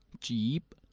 cheap